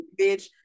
bitch